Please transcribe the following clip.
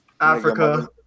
Africa